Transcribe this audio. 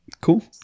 cool